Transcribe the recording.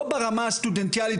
לא ברמה הסטודנטיאלית,